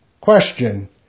Question